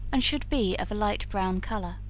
and should be of a light-brown color.